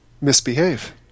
Misbehave